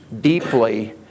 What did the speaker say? deeply